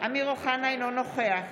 אינו נוכח